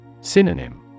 Synonym